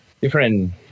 different